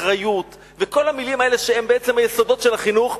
אחריות וכל המלים האלה שהן בעצם היסודות של החינוך.